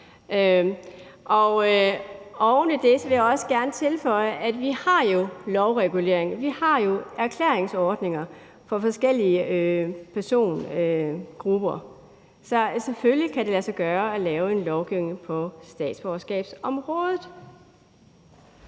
Oven i det vil jeg også gerne tilføje, at vi jo har lovregulering. Vi har jo erklæringsordninger for forskellige persongrupper. Så selvfølgelig kan det lade sig gøre at lave en lovgivning på statsborgerskabsområdet.